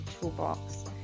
toolbox